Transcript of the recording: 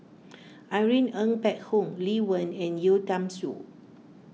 Irene Ng Phek Hoong Lee Wen and Yeo Tiam Siew